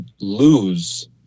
lose